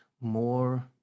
more